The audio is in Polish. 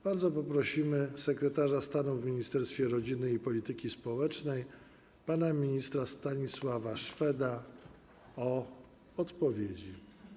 Bardzo prosimy sekretarza stanu w Ministerstwie Rodziny i Polityki Społecznej pana ministra Stanisława Szweda o odpowiedzi.